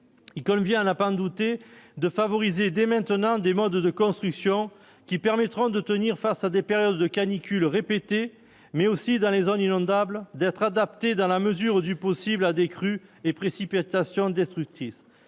il convient à la douter de favoriser dès maintenant des modes de construction qui permettront de tenir face à des périodes de canicule répétées, mais aussi dans les zones inondables, d'être adapté dans la mesure du possible, la décrue et précipitation destructif,